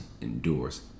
endures